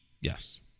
yes